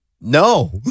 No